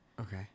Okay